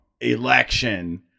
election